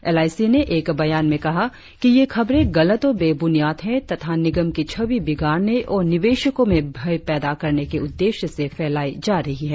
LIC ने एक बयान में कहा कि ये खबरें गलत और बेबुनियाद हैं तथा निगम की छवि बिगाड़ने और निवेशकों में भय पैदा करने के उद्देश्य से फैलायी जा रही हैं